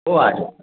हो आज